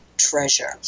treasure